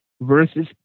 versus